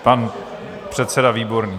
Pan předseda Výborný.